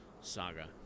saga